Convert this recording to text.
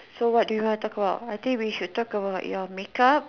so what do you want to talk about I think we should talk about your make up